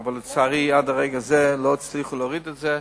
אבל לצערי, עד לרגע זה לא הצליחו להוריד את זה.